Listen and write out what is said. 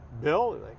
Bill